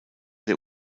der